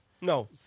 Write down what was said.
No